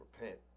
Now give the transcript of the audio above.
repent